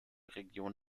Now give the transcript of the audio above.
region